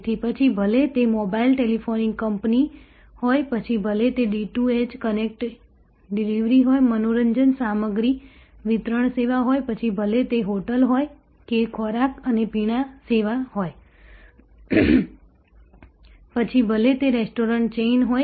તેથી પછી ભલે તે મોબાઇલ ટેલિફોનિક કંપની હોય પછી ભલે તે D2H કન્ટેન્ટ ડિલિવરી હોય મનોરંજન સામગ્રી વિતરણ સેવા હોય પછી ભલે તે હોટેલ હોય કે ખોરાક અને પીણાં સેવા હોય પછી ભલે તે રેસ્ટોરન્ટ ચેઇન હોય